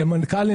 מנכ"לים.